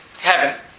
Heaven